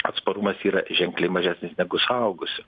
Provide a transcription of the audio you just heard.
atsparumas yra ženkliai mažesnis negu suaugusių